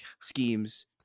schemes